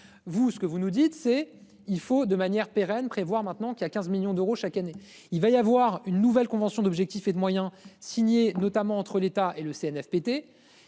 vous ce que vous nous dites c'est il faut, de manière pérenne prévoir maintenant qu'il y a 15 millions d'euros chaque année, il va y avoir une nouvelle convention d'objectifs et de moyens signé notamment entre l'État et le Cnfpt